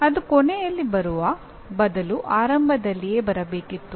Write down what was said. ಅದು ಕೊನೆಯಲ್ಲಿ ಬರುವ ಬದಲು ಆರಂಭದಲ್ಲಿಯೇ ಬರಬೇಕಿತ್ತು